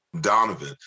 donovan